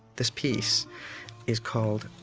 this piece is called,